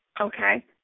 Okay